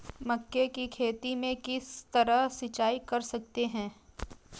मक्के की खेती में किस तरह सिंचाई कर सकते हैं?